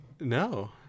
No